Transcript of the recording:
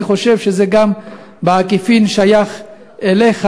אני חושב שזה בעקיפין גם שייך אליך.